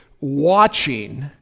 watching